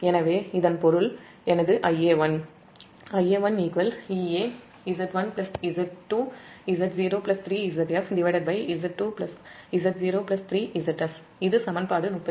எனவே இதன் பொருள் எனது Ia1 இதுசமன்பாடு - 36